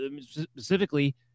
specifically